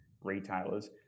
retailers